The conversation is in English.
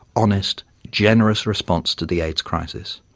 honest, generous response to the aids crisis.